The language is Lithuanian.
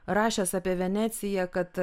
rašęs apie veneciją kad